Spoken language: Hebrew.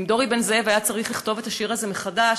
אם דורי בן-זאב היה צריך לכתוב את השיר הזה מחדש,